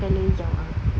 yang colour hijau ah